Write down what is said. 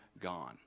gone